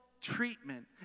treatment